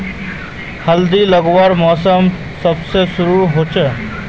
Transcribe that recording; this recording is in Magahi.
हल्दी लगवार मौसम कब से शुरू होचए?